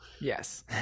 Yes